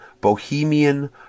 Bohemian